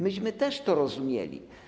Myśmy też to rozumieli.